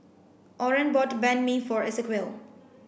Oren bought Banh Mi for Esequiel